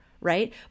right